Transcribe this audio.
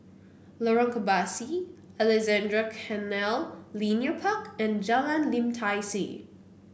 Lorong Kebasi Alexandra Canal Linear Park and Jalan Lim Tai See